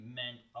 meant